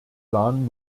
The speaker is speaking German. plan